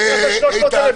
--- מה קרה?